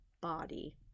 body